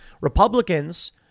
Republicans